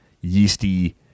yeasty